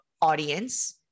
audience